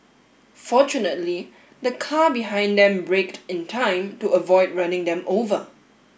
fortunately the car behind them braked in time to avoid running them over